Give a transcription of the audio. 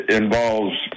involves